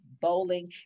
bowling